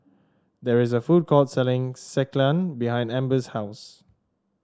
there is a food court selling Sekihan behind Ambers' house